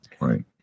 Right